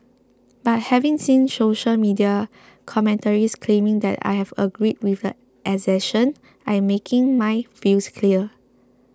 but having seen social media commentaries claiming that I had agreed with the assertion I am making my views clear